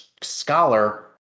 scholar